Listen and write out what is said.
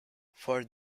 for